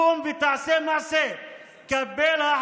קום ותעשה מעשה.